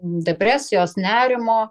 depresijos nerimo